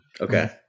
Okay